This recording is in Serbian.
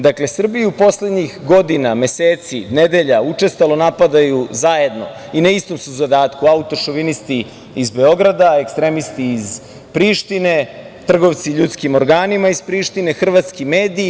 Dakle, Srbiju poslednjih godina, meseci, nedelja učestalo napadaju zajedno i na istom su zadatku autošovinisti iz Beograda, ekstremisti iz Prištine, trgovci ljudskim organima iz Prištine, hrvatski mediji.